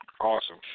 Awesome